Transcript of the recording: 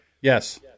Yes